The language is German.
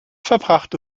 verbrachte